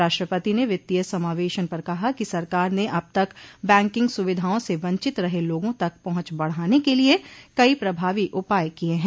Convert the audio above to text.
राष्ट्रपति ने वित्तीय समावेशन पर कहा कि सरकार ने अब तक बैंकिंग सुविधाओं से वंचित रहे लोगों तक पहुंच बढ़ाने के लिए कई प्रभावी उपाय किये हैं